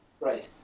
Right